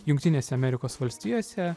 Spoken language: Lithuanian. jungtinėse amerikos valstijose